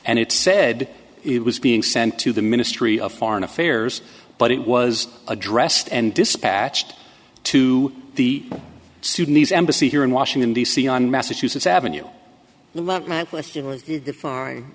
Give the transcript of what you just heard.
and it said it was being sent to the ministry of foreign affairs but it was addressed and dispatched to the sudanese embassy here in washington d c on massachusetts avenue